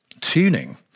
Tuning